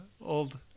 old